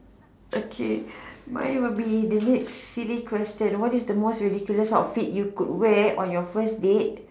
okay my will be the next silly question what is the most ridiculous outfit that you could wear on your first date